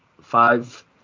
five